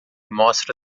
mostra